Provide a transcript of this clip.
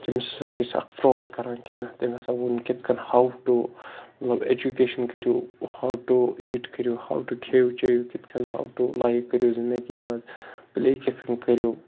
تٔمِس ہَسا چھِ أسۍ اَکھ فرٛاڈ کَران تٔمۍ ہَسا ووٚن کِتھ کٔنۍ ہَو ٹُہ مطلب اٮ۪جُکیشَن کٔرِو ہَو ٹُہ ایٖٹ کٔرِو ہَو ٹُہ کھیٚیِو چیٚیِو کِتھ کٔنۍ ہَو ٹُہ لایِک کٔرِو زِندگی مَنٛز پٕلے کِتھ کٔنۍ کٔرِو